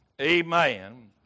amen